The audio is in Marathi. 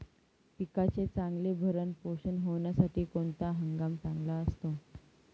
पिकाचे चांगले भरण पोषण होण्यासाठी कोणता हंगाम चांगला असतो?